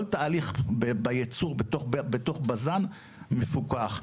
כל תהליך הייצור בתוך בז"ן מפוקח.